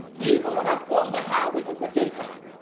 even when i'm on the highway in the daytime,